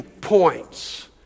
points